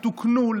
תוקנו,